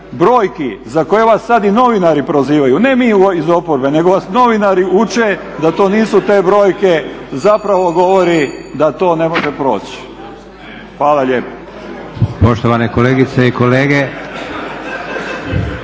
brojki za koje vas sad i novinari prozivaju, ne mi iz oporbe nego vas novinari uče da to nisu te brojke, zapravo govori da to ne može proći. Hvala lijepo.